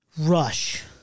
Rush